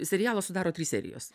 serialą sudaro trys serijos